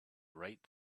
right